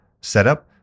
setup